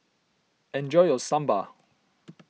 enjoy your Sambar